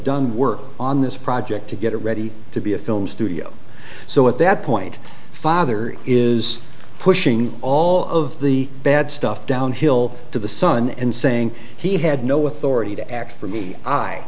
done work on this project to get it ready to be a film studio so at that point father is pushing all of the bad stuff down hill to the sun and saying he had no authority to act for me i